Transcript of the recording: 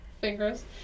fingers